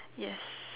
yes